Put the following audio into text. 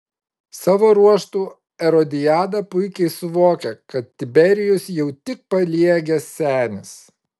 savo ruožtu erodiada puikiai suvokia kad tiberijus jau tik paliegęs senis